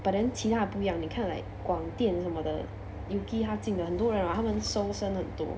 but then 其他的不一样你看 like 广电什么的 yuki 他进的很多人 [what] 他们收生很多